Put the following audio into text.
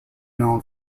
known